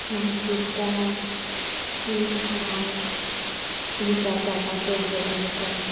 म्हाक दिसता की हांव दिसा चार पांच पोयम बरोपाक शकता